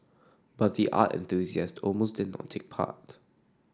but the art enthusiast almost did not take part